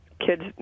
kids